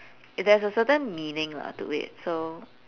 it has a certain meaning lah to it so